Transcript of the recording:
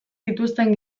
zituzten